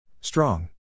Strong